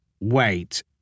Wait